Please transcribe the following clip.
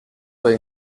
were